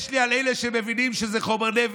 יש לי לאלה שמבינים שזה חומר נפץ,